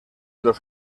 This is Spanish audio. los